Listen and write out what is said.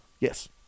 Yes